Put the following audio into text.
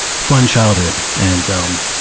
fun childhood. and um